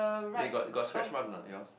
wait you got you got scratch marks or not yours